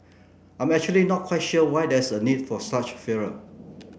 I'm actually not quite sure why there's a need for such furor